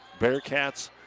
Bearcats